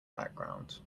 background